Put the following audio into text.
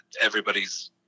everybody's